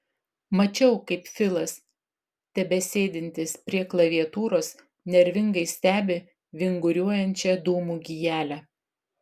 mačiau kaip filas tebesėdintis prie klaviatūros nervingai stebi vinguriuojančią dūmų gijelę